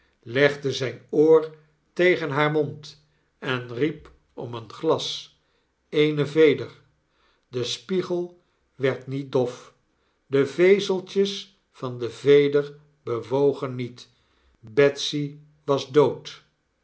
legde zp oor tegen haar mond en riep om een glas eene veder de spiegel werd niet dof de vezeltjes van de veder bewogen niet betsy was dood